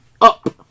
Up